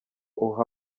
uha